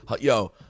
yo